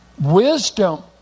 Wisdom